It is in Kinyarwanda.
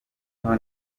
niho